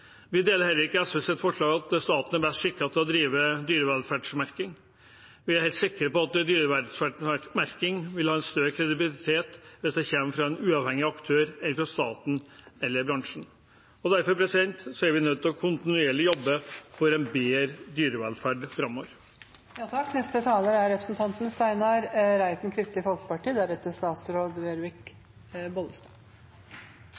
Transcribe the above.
at staten er best skikket til å drive dyrevelferdsmerking. Vi er helt sikre på at dyrevelferdsmerking vil ha større kredibilitet hvis det kommer fra en uavhengig aktør enn fra staten eller bransjen. Derfor er vi nødt til kontinuerlig å jobbe for en bedre dyrevelferd